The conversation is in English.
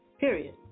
Period